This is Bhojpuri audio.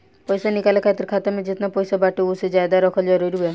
पईसा निकाले खातिर खाता मे जेतना पईसा बाटे ओसे ज्यादा रखल जरूरी बा?